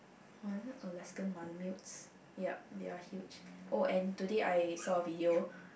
was it Alaskan malamutes yup they are huge oh and today I saw a video